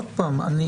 לי